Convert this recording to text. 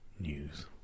News